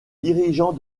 dirigeant